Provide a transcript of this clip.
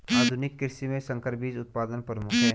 आधुनिक कृषि में संकर बीज उत्पादन प्रमुख है